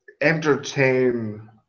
entertain